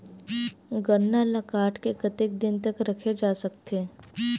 गन्ना ल काट के कतेक दिन तक रखे जा सकथे?